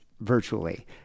virtually